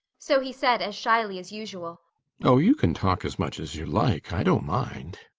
so he said as shyly as usual oh, you can talk as much as you like. i don't mind.